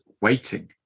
waiting